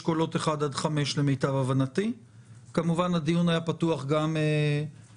לאשכולות 1 עד 5. כמובן שהדיון היה פתוח גם בפניהן.